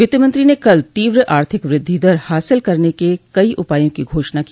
वित्तमंत्री ने कल तीव्र आर्थिक वृद्धि दर हासिल करने के कई उपायों की घोषणा की